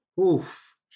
Oof